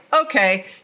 okay